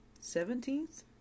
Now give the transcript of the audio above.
seventeenth